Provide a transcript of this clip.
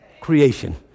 creation